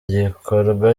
gikorwa